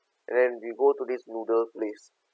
and then we go to this noodle place